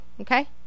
okay